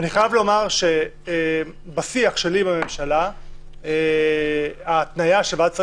אני חייב לומר שבשיח שלי עם הממשלה ההתניה של ועדת השרים